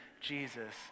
Jesus